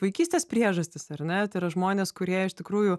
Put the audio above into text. vaikystės priežastys ar ne tai yra žmonės kurie iš tikrųjų